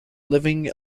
living